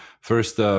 first